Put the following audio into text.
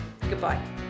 goodbye